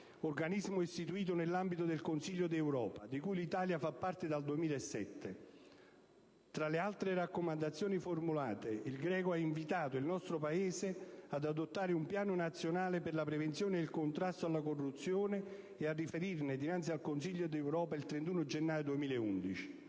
organismo istituito nell'ambito del Consiglio d'Europa, di cui l'Italia fa parte dal 2007. Tra le altre raccomandazioni formulate, il GRECO ha invitato il nostro Paese ad adottare un Piano nazionale per la prevenzione e il contrasto alla corruzione e a riferirne dinanzi al Consiglio d'Europa il 31 gennaio 2011.